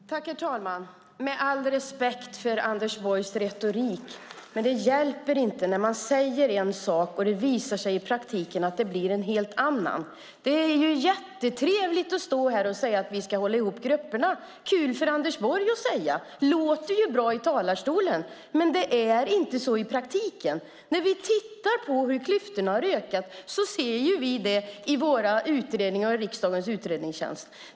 Herr talman! Jag har all respekt för Anders Borgs retorik, men den hjälper inte när han säger en sak och det visar sig i praktiken bli en helt annan. Det är jättetrevligt att stå här och säga att vi ska hålla ihop grupperna - kul för Anders Borg att säga! Det låter ju bra i talarstolen, men det är inte så i praktiken. Vi har sett i våra och i riksdagens utredningstjänsts utredningar hur klyftorna har ökat.